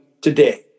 today